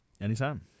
anytime